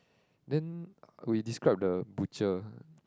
then we describe the butcher